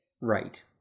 Right